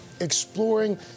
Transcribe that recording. exploring